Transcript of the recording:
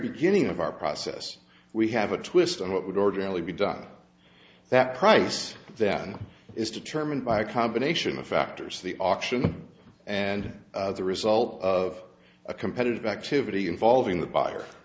beginning of our process we have a twist on what would ordinarily be done that price that is determined by a combination of factors the auction and the result of a competitive activity involving the buyer